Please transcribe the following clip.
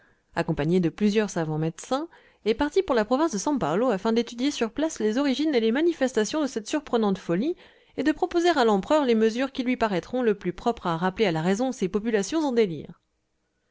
accompagné de plusieurs savants médecins est parti pour la province de san paulo afin d'étudier sur place les origines et les manifestations de cette surprenante folie et de proposer à l'empereur les mesures qui lui paraîtront le plus propres à rappeler à la raison ces populations en délire